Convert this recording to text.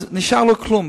אז לא נשאר לו כלום.